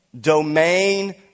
domain